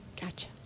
Gotcha